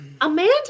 amanda